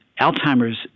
Alzheimer's